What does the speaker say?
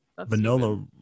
Vanilla